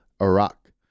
Iraq